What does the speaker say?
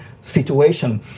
situation